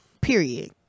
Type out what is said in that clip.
Period